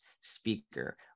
speaker